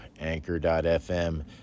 Anchor.fm